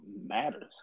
matters